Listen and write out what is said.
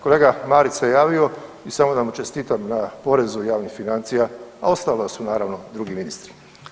Kolega Marić se javio i samo da mu čestitam na porezu javnih financija, a ostalo su naravno drugi ministri.